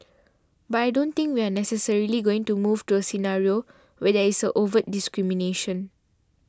but I don't think we are necessarily going to move to a scenario where there is overt discrimination